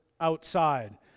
outside